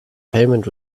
payment